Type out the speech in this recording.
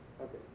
Okay